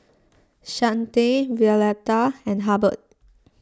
Chante Violeta and Hubbard